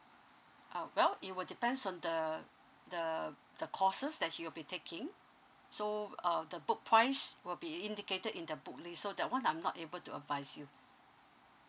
uh well it will depends on the the the courses that he will be taking so uh the book price will be indicated in the book list so that one I'm not able to advise you